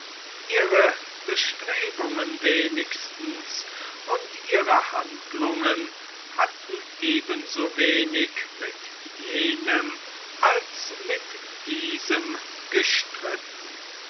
ihre bestrebungen wenigstens und ihre handlungen hatten eben so wenig mit jenem als mit diesem gestritten